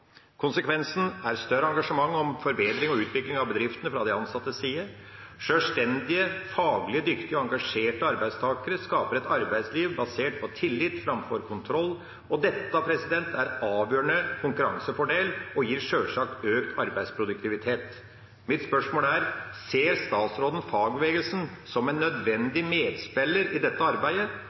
Konsekvensen er større engasjement om forbedring og utvikling av bedriftene fra de ansattes side. Sjølstendige, faglig dyktige og engasjerte arbeidstakere skaper et arbeidsliv basert på tillit framfor kontroll, og dette er en avgjørende konkurransefordel og gir sjølsagt økt arbeidsproduktivitet. Mitt spørsmål er: Ser statsråden fagbevegelsen som en nødvendig medspiller i dette arbeidet,